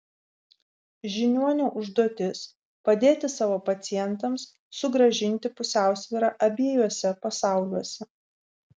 žiniuonio užduotis padėti savo pacientams sugrąžinti pusiausvyrą abiejuose pasauliuose